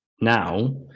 now